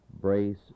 Brace